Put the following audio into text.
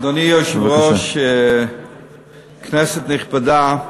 אדוני היושב-ראש, כנסת נכבדה,